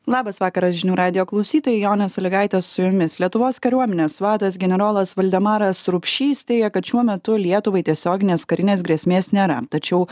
labas vakaras žinių radijo klausytojai jonė salygaitė su jumis lietuvos kariuomenės vadas generolas valdemaras rupšys teigia kad šiuo metu lietuvai tiesioginės karinės grėsmės nėra tačiau